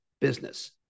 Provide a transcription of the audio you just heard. business